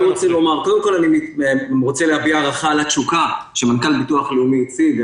אני רוצה להביע הערכה לתשוקה שמנכ"ל הביטוח הלאומי הציג.